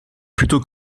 plutôt